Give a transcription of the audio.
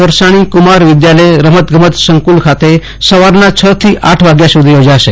વરસાણી કુમાર વિધાલય રમત ગમત સંકુલ ખાતે સવારના છ થી આઠ વાગ્યા સુધી યોજાશે